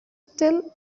still